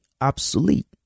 obsolete